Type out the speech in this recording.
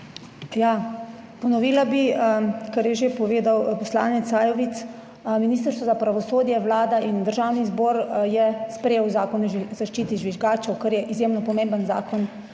Ja, ponovila bi, kar je že povedal poslanec Sajovic. Ministrstvo za pravosodje, Vlada in Državni zbor je sprejel Zakon o zaščiti žvižgačev, kar je izjemno pomemben zakon,